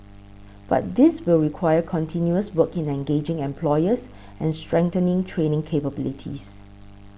but this will require continuous work in engaging employers and strengthening training capabilities